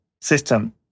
system